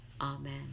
Amen